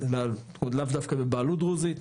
או לאו דווקא בבעלות דרוזית.